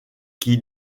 qui